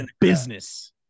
business